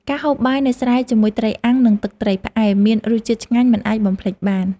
ការហូបបាយនៅស្រែជាមួយត្រីអាំង និងទឹកត្រីផ្អែម មានរសជាតិឆ្ងាញ់មិនអាចបំភ្លេចបាន។